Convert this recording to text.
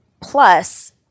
plus